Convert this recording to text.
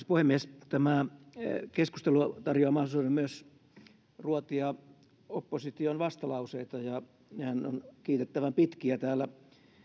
puhemies tämä keskustelu tarjoaa myös mahdollisuuden ruotia opposition vastalauseita ja nehän ovat kiitettävän pitkiä täällä